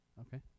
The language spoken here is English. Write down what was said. Okay